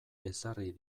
ezarri